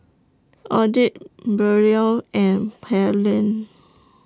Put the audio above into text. Odette Brielle and Pearline